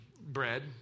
bread